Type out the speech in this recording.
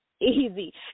easy